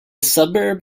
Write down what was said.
suburb